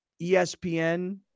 ESPN